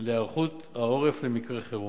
להיערכות העורף למקרי חירום.